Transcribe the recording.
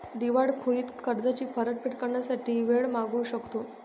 दिवाळखोरीत कर्जाची परतफेड करण्यासाठी वेळ मागू शकतो